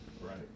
Right